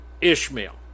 Ishmael